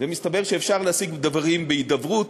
ומסתבר שאפשר להשיג דברים בהידברות,